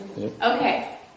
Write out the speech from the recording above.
Okay